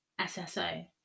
SSO